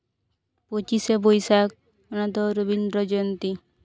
ᱯᱚᱸᱪᱤᱥᱮ ᱵᱳᱭᱥᱟᱠᱷ ᱚᱱᱟ ᱫᱚ ᱨᱚᱵᱤᱱᱫᱨᱚ ᱡᱚᱭᱚᱱᱛᱤ